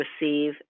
receive